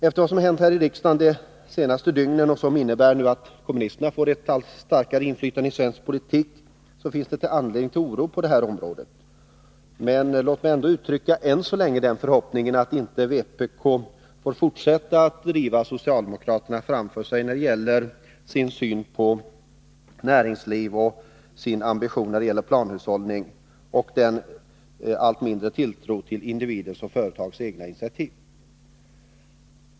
Efter vad som har hänt här i riksdagen det senaste dygnet, vilket innebär att kommunisterna nu får ett allt starkare inflytande i svensk politik, finns det anledning till oro även på det här området. Låt mig dock uttrycka den förhoppningen att vpk inte får fortsätta att driva socialdemokraterna framför sig mot mer av planhushållning och mindre av tilltro till industriers och företags egna initiativ.